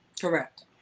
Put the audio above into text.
Correct